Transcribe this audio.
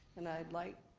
and i'd like,